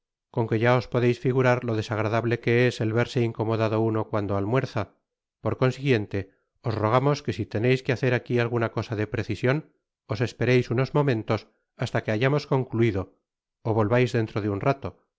con que ya os podeis figurar lo desagradable que es el verse incomodado uno cuando almuerza por consiguiente os rogamos que si teneis que bacer aquí alguna cosa de precision os espereis unos momentos hasta que hayamos concluido ó volvais dentro de un rato